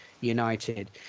united